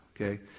Okay